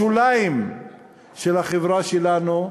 בשוליים של החברה שלנו,